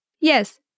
Yes